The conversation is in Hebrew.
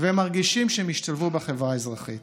והם מרגישים שהם השתלבו בחברה האזרחית.